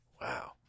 Wow